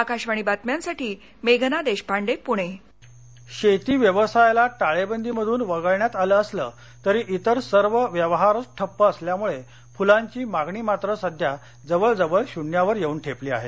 आकाशवाणी बातम्यांसाठी मेघना देशपांडे पुणे फलशेती अकोला शेती व्यवसायाला टाळेबंदीमधून वगळण्यात आलं असलं तरी इतर सर्व व्यवहारचं ठप्प असल्यामुळे फुलांची मागणी मात्र सध्या जवळ जवळ शून्यावर येऊन ठेपली आहे